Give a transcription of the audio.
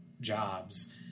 jobs